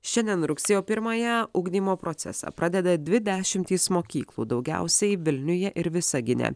šiandien rugsėjo pirmąją ugdymo procesą pradeda dvi dešimtys mokyklų daugiausiai vilniuje ir visagine